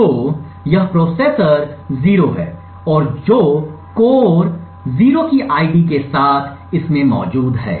तो यह प्रोसेसर 0 है और जो कोर में 0 की आईडी के साथ इसमें मौजूद है